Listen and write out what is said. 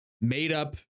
made-up